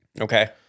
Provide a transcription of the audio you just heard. Okay